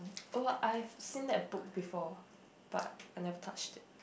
oh I have seen that book before but I never touched it